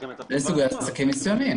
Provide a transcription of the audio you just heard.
איזה סוגי עסקים מסוימים?